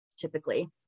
typically